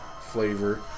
flavor